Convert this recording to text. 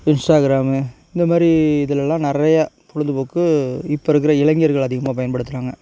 Instagram இந்தமாதிரி இதுலல்லாம் நிறையா பொழுதுபோக்கு இப்போ இருக்கிற இளைஞர்கள் அதிகமாக பயன்படுத்துறாங்க